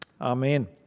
Amen